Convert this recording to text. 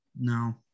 No